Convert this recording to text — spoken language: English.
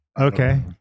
okay